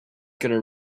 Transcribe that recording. gonna